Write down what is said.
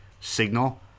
signal